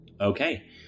Okay